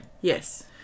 Yes